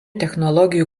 technologijų